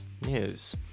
news